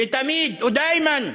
ותמיד (אומר בערבית: